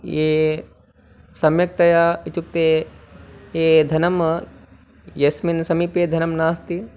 ये सम्यक्तया इत्युक्ते ये धनं यस्मिन् समीपे धनं नास्ति